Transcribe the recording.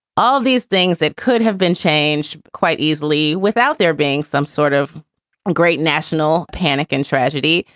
all of these things that could have been changed quite easily without there being some sort of great national panic and tragedy.